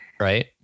right